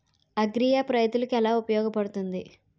Agri app రైతులకి ఏలా ఉపయోగ పడుతుంది?